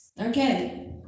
Okay